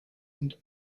and